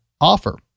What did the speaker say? offer